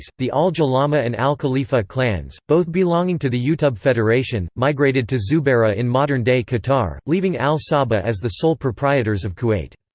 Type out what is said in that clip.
the al jalahma and al khalifa clans, both belonging to the utub federation, migrated to zubarah in modern-day qatar, leaving al sabah as the sole proprietors of kuwait.